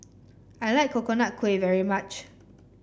I like Coconut Kuih very much